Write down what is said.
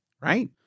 Right